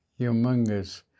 humongous